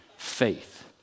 Faith